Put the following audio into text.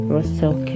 Russell